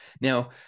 Now